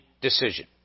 decision